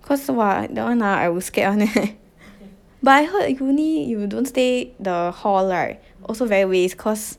cause you !wah! that one ah I will scared [one] leh but I heard uni if you don't stay the hall right also very waste cause